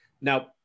Now